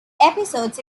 episodes